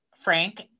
Frank